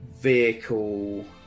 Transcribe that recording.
vehicle